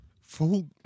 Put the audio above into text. Full